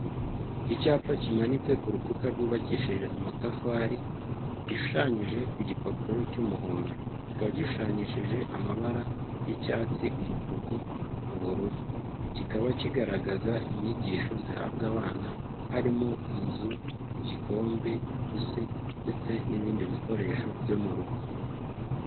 Icyapa kimanitse ku rukuta rwubakishije amatafari, gishushanyije ku gipapuro cy'umuhondo, kikaba gishushanyishije amabara y'icyatsi, umutuku, ubururu, kikaba kigaragaza inyigisho zihabwa abana harimo inzu, igikombe, ipusi ndetse n'ibindi bikoresho byo mu rugo.